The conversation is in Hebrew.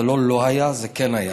זה לא לא היה, זה כן היה.